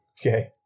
Okay